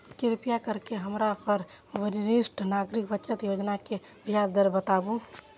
कृपा करके हमरा वरिष्ठ नागरिक बचत योजना के ब्याज दर बताबू